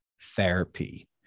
therapy